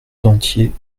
dentier